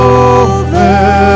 over